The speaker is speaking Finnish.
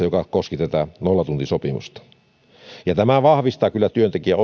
joka koski tätä nollatuntisopimusta tämä vahvistaa kyllä työntekijän